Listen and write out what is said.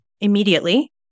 immediately